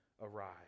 arise